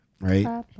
right